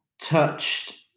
touched